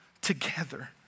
together